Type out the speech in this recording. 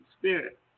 Spirit